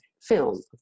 film